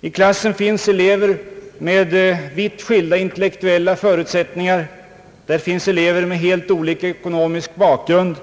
I klassen finns elever med vitt skilda intellektuella förutsättningar. Där finns elever med helt olika ekonomisk bakgrund.